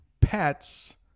pets